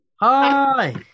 Hi